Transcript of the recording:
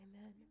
Amen